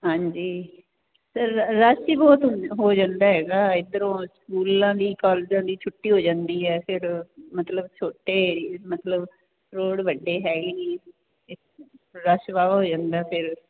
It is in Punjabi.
ਹਾਂਜੀ ਰੱਸ਼ ਈ ਬਹੁਤ ਹੋ ਜਾਂਦਾ ਹੈਗਾ ਇਧਰੋਂ ਸਕੂਲਾਂ ਦੀ ਕਾਲਜਾਂ ਦੀ ਛੁੱਟੀ ਹੋ ਜਾਂਦੀ ਹੈ ਫਿਰ ਮਤਲਬ ਛੋਟੇ ਮਤਲਬ ਰੋਡ ਵੱਡੇ ਹੈਗੇ ਰੱਸ਼ ਵਾ ਵਾ ਹੋ ਜਾਂਦਾ ਫਿਰ